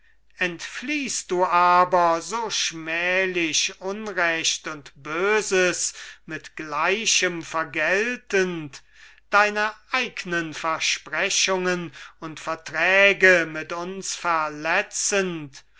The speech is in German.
entfliehst du aber so schmählich unrecht und böses mit gleichem vergeltend deine eignen versprechungen und verträge mit uns verletzend